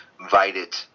invited